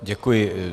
Děkuji.